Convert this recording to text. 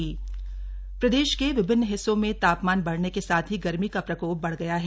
मौसम प्रदेश के विभिन्न हिस्सों में तापमान बढ़ने के साथ ही गर्मी का प्रकोप बढ़ गया है